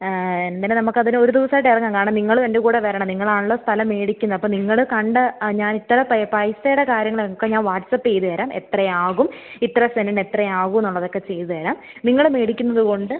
എന്തായാലും നമുക്ക് അതിനൊരു ദിവസമായിട്ട് ഇറങ്ങാം കാണാൻ നിങ്ങളും എൻ്റെ കൂടെ വെരണം നിങ്ങളാണല്ലോ സ്ഥലം മേടിക്കുന്നത് അപ്പം നിങ്ങൾ കണ്ട് ആ ഞാനിത്ര പൈ പൈസയുടെ കാര്യങ്ങളൊക്കെ ഞാൻ വാട്ട്സാപ്പ് ചെയ്തുതരാം എത്രയാകും ഇത്ര സെൻറിന് എത്രയാകും എന്നുള്ളതൊക്കെ ചെയ്തുതരാം നിങ്ങൾ മേടിക്കുന്നതുകൊണ്ട്